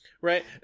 right